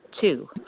Two